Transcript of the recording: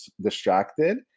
distracted